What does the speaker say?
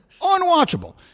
unwatchable